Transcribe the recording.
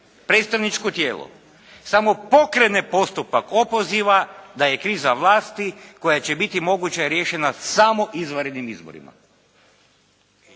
predstavničko tijelo samo pokrene postupak opoziva, da je kriza vlasti koja će biti moguća riješena samo izvanrednim izborima.